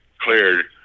cleared